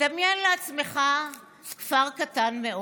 "דמיין לעצמך כפר קטן מאוד,